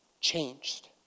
changed